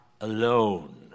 alone